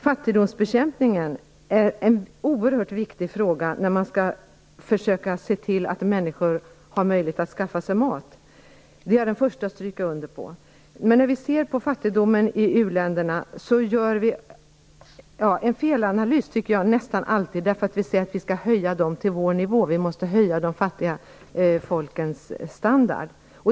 Fattigdomsbekämpningen är en oerhört viktig fråga när man skall försöka se till att människor har möjlighet att skaffa sig mat. Det är jag den första att stryka under. Men när vi ser fattigdomen i u-länderna tycker jag att vi nästan alltid gör en felanalys. Vi säger ju att vi skall höja de fattiga folkens standard till samma nivå som vår.